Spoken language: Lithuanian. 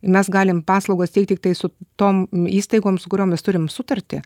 mes galim paslaugas teikt tiktai su tom įstaigom su kuriom mes turim sutartį